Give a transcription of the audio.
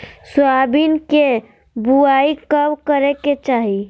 Soybean के बुआई कब करे के चाहि?